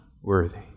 worthy